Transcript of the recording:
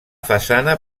façana